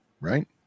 right